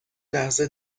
لحظه